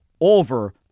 over